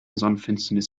sonnenfinsternis